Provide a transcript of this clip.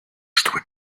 чтобы